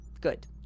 Good